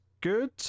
good